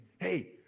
hey